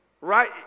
right